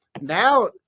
now